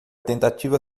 tentativa